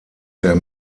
der